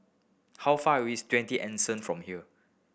how far away is Twenty Anson from here